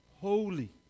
holy